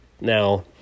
Now